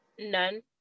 None